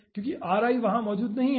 क्योंकि ri वहां मौजूद नहीं है